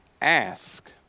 Ask